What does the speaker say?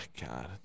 God